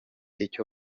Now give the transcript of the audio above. icyo